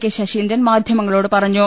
K Saseendran മാധ്യമങ്ങളോട് പറഞ്ഞു